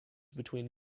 between